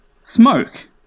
Smoke